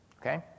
Okay